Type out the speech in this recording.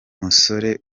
musore